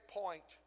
point